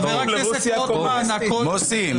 מוסי,